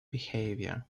behavior